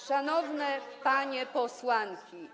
Szanowne Panie Posłanki!